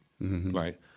right